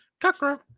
Cockroach